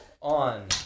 on